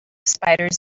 spiders